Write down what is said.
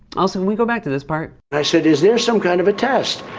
also, can we go back to this part? i said, is there some kind of a test,